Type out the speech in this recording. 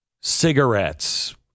Cigarettes